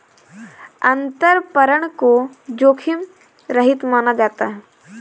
अंतरपणन को जोखिम रहित माना जाता है